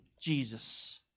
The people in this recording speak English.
Jesus